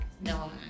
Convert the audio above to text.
no